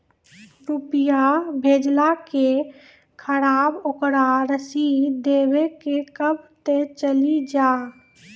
रुपिया भेजाला के खराब ओकरा रसीद देबे तबे कब ते चली जा?